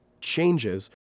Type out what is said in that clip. changes